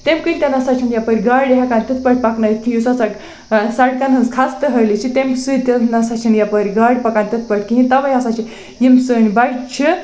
تَمہِ کِنۍ تہِ نہ سا چھَنہٕ یَپٲرۍ گاڑِ ہٮ۪کان تِتھ پٲٹھۍ پَکنٲوِتھ یُس ہسا سڑکَن ہٕنٛز خستہٕ حٲلی چھِ تَمہِ سۭتۍ نہ سا چھَنہٕ یَپٲرۍ گاڑِ پکان تِتھ پٲٹھۍ کِہیٖنۍ تَوَے ہسا چھِ یِم سٲنۍ بَچہٕ چھِ